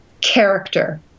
character